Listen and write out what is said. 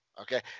Okay